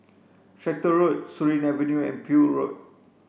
Tractor Road Surin Avenue and Peel Road